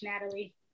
Natalie